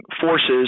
forces